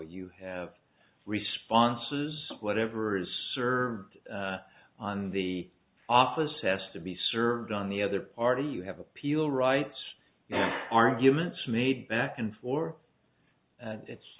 you have responses whatever is served on the office has to be served on the other party you have appeal rights arguments made back and forth and it's